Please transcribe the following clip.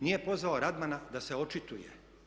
Nije pozvao Radmana da se očituje.